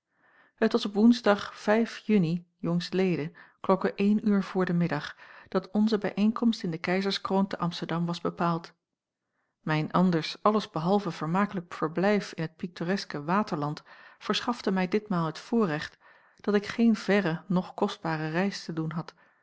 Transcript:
het was op oensdag uni j l klokke een uur voor den middag dat onze bijeenkomst in de keizerskroon te amsterdam was bepaald mijn anders alles behalve vermakelijk verblijf in het pittoreske waterland verschafte mij ditmaal het voorrecht dat ik geen verre noch kostbare reis te doen had